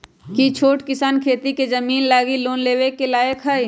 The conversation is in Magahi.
कि छोट किसान खेती के जमीन लागी लोन लेवे के लायक हई?